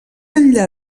enllà